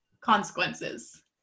consequences